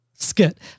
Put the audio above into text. Skit